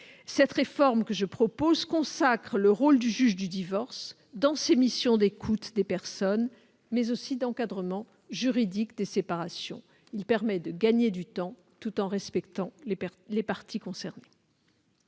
Cette proposition de réforme consacre le rôle du juge du divorce dans ses missions tant d'écoute des personnes que d'encadrement juridique des séparations. Elle permettra de gagner du temps, tout en respectant les parties concernées.